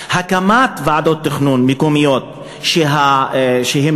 2. הקמת ועדות תכנון מקומיות שנעדרות,